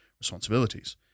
responsibilities